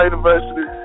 University